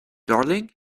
darling